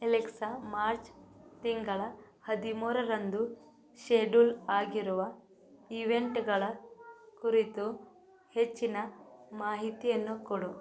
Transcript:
Alexa March ತಿಂಗಳ ಹದಿಮೂರರಂದು schedule ಆಗಿರುವ ಈವೆಂಟ್ಗಳ ಕುರಿತು ಹೆಚ್ಚಿನ ಮಾಹಿತಿಯನ್ನು ಕೊಡು